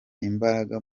imbaraga